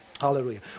Hallelujah